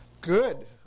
Good